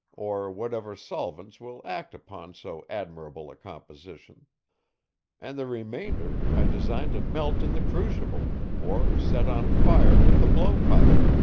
or whatever solvents will act upon so admirable a composition and the remainder i design to melt in the crucible, or set on fire with the blow-pipe.